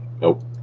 nope